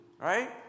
right